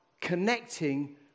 connecting